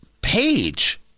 page